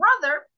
brother